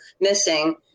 missing